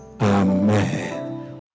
Amen